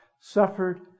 suffered